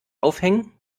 aufhängen